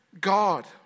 God